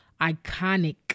iconic